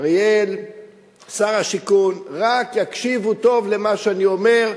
אריאל שר השיכון, רק יקשיבו טוב למה שאני אומר.